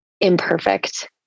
imperfect